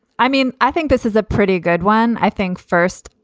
i mean, i think this is a pretty good one. i think first,